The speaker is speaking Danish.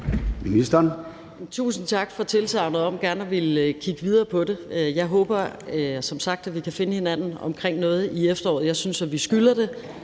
på det. Jeg håber som sagt, at vi kan finde hinanden omkring noget i efteråret. Jeg synes, at vi skylder det,